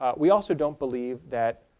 ah we also don't believe that